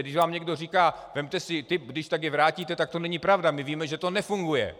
Když vám někdo říká: vezměte si ty, když tak je vrátíte, tak to není pravda, my víme, že to nefunguje.